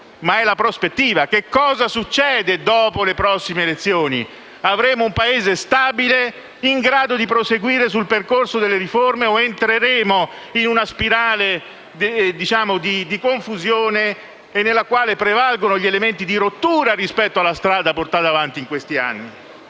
ma la prospettiva: cosa succederà dopo le prossime elezioni? Avremo un Paese stabile in grado di proseguire sul percorso delle riforme o entreremo in una spirale di confusione, nella quale prevarranno gli elementi di rottura rispetto alla strada portata avanti in questi anni?